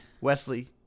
Wesley